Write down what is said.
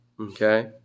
Okay